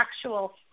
actual